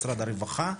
משרד הרווחה,